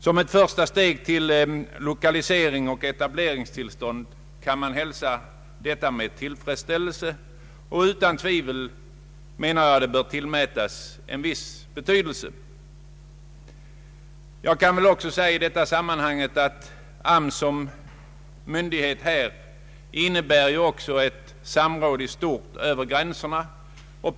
Som ett första steg mot lokaliseringsoch etableringstillstånd kan förslaget hälsas med tillfredsställelse, och jag anser att det bör tillmätas en viss betydelse. Jag kan nämna i sammanhanget att det förhållandet att AMS avses bli lokaliseringsmyndighet innebär också ett samråd i stort över regiongränserna.